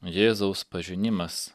jėzaus pažinimas